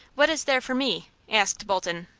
what is there for me? asked bolton.